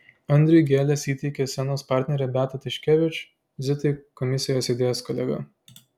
andriui gėles įteikė scenos partnerė beata tiškevič zitai komisijoje sėdėjęs kolega